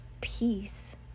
peace